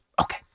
Okay